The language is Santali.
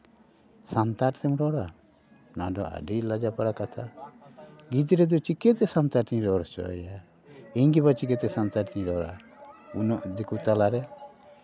ᱥᱟᱱᱛᱟᱲ ᱛᱮᱢ ᱨᱚᱲᱟ ᱚᱱᱟ ᱫᱚ ᱟᱹᱰᱤ ᱞᱟᱡᱟᱯᱟᱲᱟ ᱠᱟᱛᱷᱟ ᱜᱤᱫᱽᱨᱟᱹ ᱫᱚ ᱪᱤᱠᱟᱹᱛᱮ ᱥᱟᱱᱛᱟᱲ ᱛᱤᱧ ᱨᱚᱲ ᱦᱚᱪᱚᱭᱮᱭᱟ ᱤᱧ ᱜᱮᱵᱟ ᱪᱤᱠᱟᱹᱛᱮ ᱥᱟᱱᱛᱟᱲ ᱛᱤᱧ ᱨᱚᱲᱟ ᱩᱱᱟᱹᱜ ᱫᱤᱠᱩ ᱛᱟᱞᱟᱨᱮ